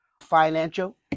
Financial